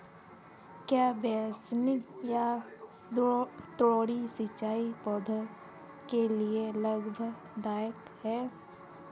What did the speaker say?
क्या बेसिन या द्रोणी सिंचाई पौधों के लिए लाभदायक है?